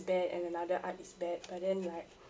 bad and another art is bad but then like